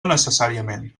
necessàriament